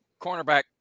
Cornerback